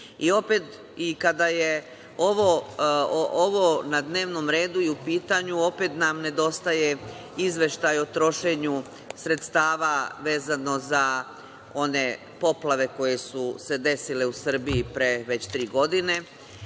štetu. Kada je ovo na dnevnom redu i u pitanju, opet nam nedostaje izveštaj o trošenju sredstava vezano za one poplave koje su se desile u Srbiji pre već tri godine. Nije